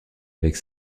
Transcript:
avec